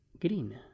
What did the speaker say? green